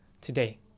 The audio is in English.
today